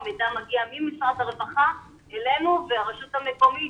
המידע מגיע ממשרד הרווחה אלינו והרשות המקומית,